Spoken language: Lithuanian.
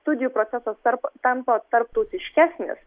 studijų procesas tarp tampa tarptautiškesnis